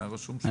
מה היה רשום שם?